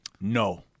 No